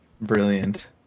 Brilliant